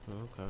Okay